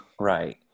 Right